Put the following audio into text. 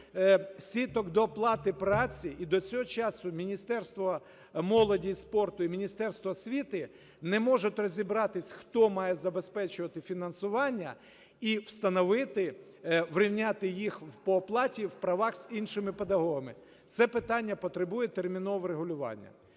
сіток доплати праці. І до цього часу Міністерство молоді і спорту і Міністерство освіти не можуть розібратись, хто має забезпечувати фінансування і встановити, урівняти їх по оплаті в правах з іншими педагогами. Це питання потребує термінового врегулювання.